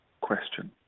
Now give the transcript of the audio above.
question